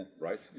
right